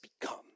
become